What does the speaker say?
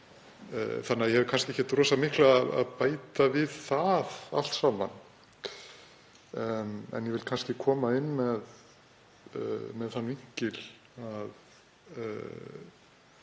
þannig að ég hef kannski ekki rosa miklu að bæta við það allt saman. En ég vil koma inn með þann vinkil að